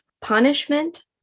punishment